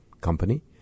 company